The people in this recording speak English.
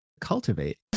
cultivate